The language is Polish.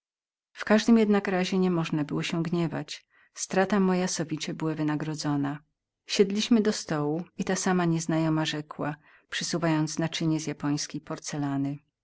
w każdym jednak razie niemożna było się gniewać strata moja sowicie była wynadgrodzoną siedliśmy do stołu i ta sama kobieta rzekła przysuwając naczynie z japońskiej porcelany